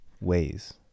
ways